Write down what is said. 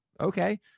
okay